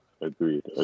Agreed